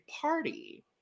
party